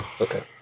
Okay